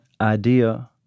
idea